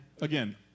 Again